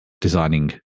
designing